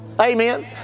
Amen